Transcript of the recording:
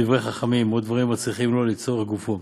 דברי חכמים או דברים הצריכים לו לצורך גופו.